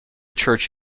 church